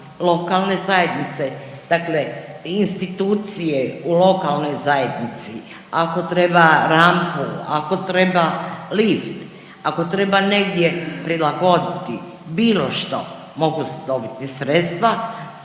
lokalne zajednice, dakle i institucije u lokalnoj zajednici, ako treba rampu, ako treba lift, ako treba negdje prilagoditi bilo što, mogu se dobiti sredstva,